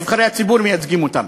נבחרי הציבור מייצגים אותם.